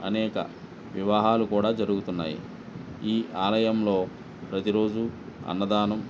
అనేక వివాహాలు కూడా జరుగుతున్నాయి ఈ ఆలయంలో ప్రతీరోజూ అన్నదానం